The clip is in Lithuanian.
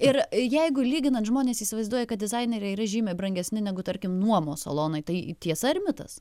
ir jeigu lyginant žmonės įsivaizduoja kad dizaineriai yra žymiai brangesni negu tarkim nuomos salonai tai tiesa ar mitas